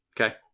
Okay